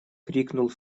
крикнул